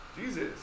Jesus